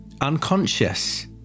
unconscious